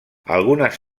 algunes